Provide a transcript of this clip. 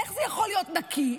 איך זה יכול להיות נקי?